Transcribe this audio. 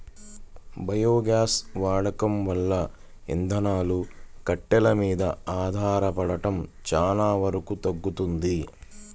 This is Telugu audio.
బయోగ్యాస్ వాడకం వల్ల ఇంధనాలు, కట్టెలు మీద ఆధారపడటం చానా వరకు తగ్గుతది